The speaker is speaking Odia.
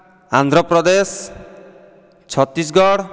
ଆନ୍ଧ୍ରପ୍ରଦେଶ ଛତିଶଗଡ଼